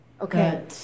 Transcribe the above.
Okay